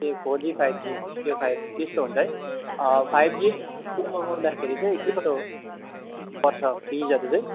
ए four G five G त्यो five G त्यस्तो हुन्छ है फाइभ जी त्यो लगाउँदाखेरि चाहिँ कति पर्छ फिजहरू चाहिँ